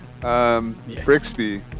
Brixby